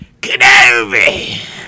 Kenobi